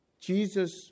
Jesus